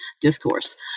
discourse